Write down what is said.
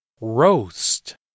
Roast